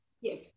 Yes